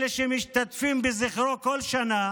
אלה שמשתתפים בזכרו בכל שנה,